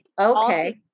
okay